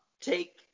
take